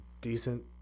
decent